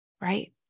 right